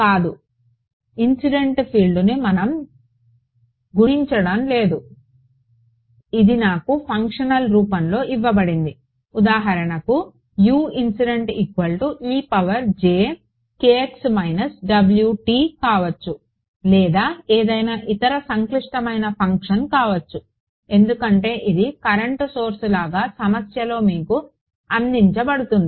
కాదు ఇన్సిడెంట్ ఫీల్డ్ను మనం గణించడం లేదు ఇది నాకు ఫంక్షనల్ రూపంలో ఇవ్వబడింది ఉదాహరణకు కావచ్చు లేదా ఏదైనా ఇతర సంక్లిష్టమైన ఫంక్షన్ కావచ్చు ఎందుకంటే ఇది కరెంట్ సోర్స్ లాగా సమస్యలో మీకు అందించబడుతుంది